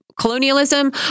colonialism